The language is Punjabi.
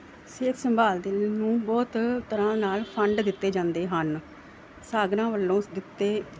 ਸਿਹਤ ਸੰਭਾਲ ਦਿਲ ਨੂੰ ਬਹੁਤ ਤਰ੍ਹਾਂ ਨਾਲ ਫੰਡ ਦਿੱਤੇ ਜਾਂਦੇ ਹਨ ਸਾਗਰਾ ਵੱਲੋਂ ਦਿੱਤੇ